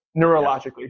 Neurologically